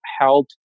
help